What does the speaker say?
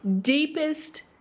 deepest